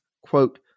quote